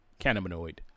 cannabinoid